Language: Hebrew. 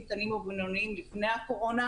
קטנים ובינוניים עוד לפני הקורונה,